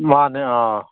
ꯃꯥꯅꯦ ꯑꯥ